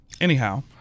Anyhow